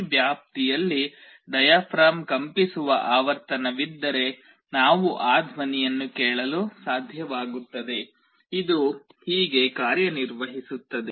ಈ ವ್ಯಾಪ್ತಿಯಲ್ಲಿ ಡಯಾಫ್ರಾಮ್ ಕಂಪಿಸುವ ಆವರ್ತನವಿದ್ದರೆ ನಾವು ಆ ಧ್ವನಿಯನ್ನು ಕೇಳಲು ಸಾಧ್ಯವಾಗುತ್ತದೆ ಇದು ಹೀಗೆ ಕಾರ್ಯನಿರ್ವಹಿಸುತ್ತದೆ